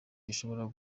gishobora